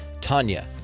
tanya